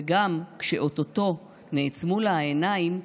/ וגם כשאו-טו-טו / נעצמו לה העיניים,